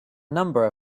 number